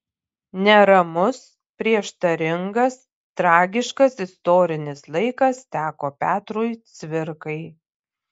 neramus prieštaringas tragiškas istorinis laikas teko petrui cvirkai